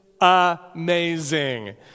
amazing